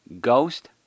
Ghost